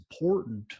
important